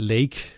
Lake